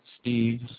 Steve